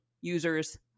users